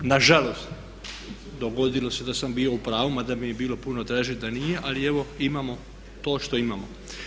Nažalost dogodilo se da sam bio u pravu mada bi mi bilo puno draže da nije ali evo imamo to što imamo.